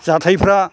जाथायफ्रा